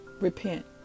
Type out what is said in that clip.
Repent